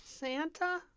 Santa